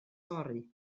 fory